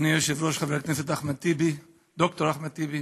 אדוני היושב-ראש חבר הכנסת אחמד טיבי ד"ר אחמד טיבי,